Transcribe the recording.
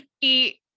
eat